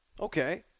Okay